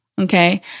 okay